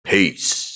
Peace